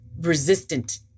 resistant